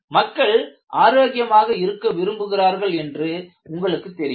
மக்கள் ஆரோக்கியமாக இருக்க விரும்புகிறார்கள் என்று உங்களுக்கு தெரியும்